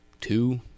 two